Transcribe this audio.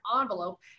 envelope